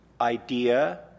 idea